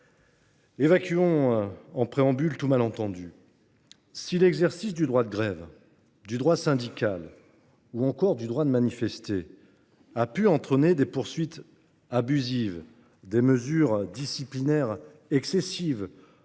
évacuer tout malentendu. Si l’exercice du droit de grève, du droit syndical ou encore du droit de manifester a pu entraîner des poursuites abusives, des mesures disciplinaires excessives